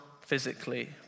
physically